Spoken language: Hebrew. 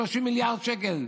30 מיליארד שקל.